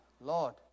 Lord